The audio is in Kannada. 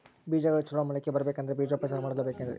ಬೇಜಗಳು ಚಲೋ ಮೊಳಕೆ ಬರಬೇಕಂದ್ರೆ ಬೇಜೋಪಚಾರ ಮಾಡಲೆಬೇಕೆನ್ರಿ?